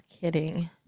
kidding